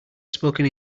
spoken